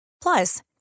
Plus